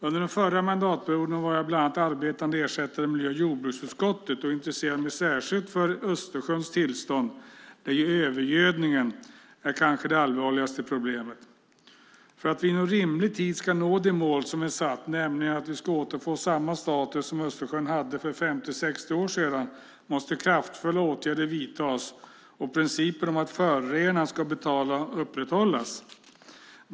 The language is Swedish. Under förra mandatperioden var jag bland annat arbetande ersättare i miljö och jordbruksutskottet och intresserade mig då särskilt för tillståndet i Östersjön där övergödningen är det kanske allvarligaste problemet. För att vi inom rimlig tid ska nå det mål som är satt, nämligen att Östersjön ska återfå samma status som den hade för 50-60 år sedan, måste kraftfulla åtgärder vidtas och principen om att förorenaren ska betala upprätthållas.